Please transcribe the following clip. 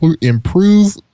improve